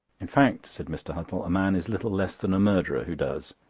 in fact, said mr. huttle, a man is little less than a murderer who does.